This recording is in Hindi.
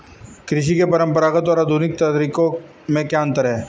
कृषि के परंपरागत और आधुनिक तरीकों में क्या अंतर है?